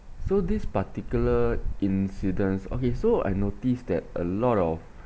so this particular incidents okay so I noticed that a lot of